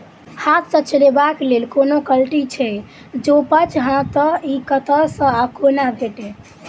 हाथ सऽ चलेबाक लेल कोनों कल्टी छै, जौंपच हाँ तऽ, इ कतह सऽ आ कोना भेटत?